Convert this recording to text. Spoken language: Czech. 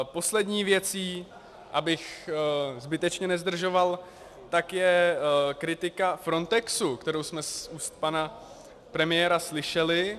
Poslední věcí, abych zbytečně nezdržoval, tak je kritika Frontexu, kterou jsme z úst pana premiéra slyšeli.